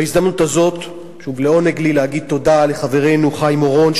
בהזדמנות זו שוב לעונג לי להגיד תודה לחברנו חיים אורון,